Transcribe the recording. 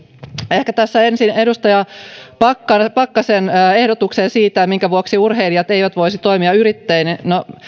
ehkä tässä ensin edustaja pakkasen ehdotukseen siitä minkä vuoksi urheilijat eivät voisi toimia yrittäjinä no